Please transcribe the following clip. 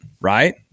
right